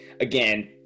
again